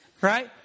right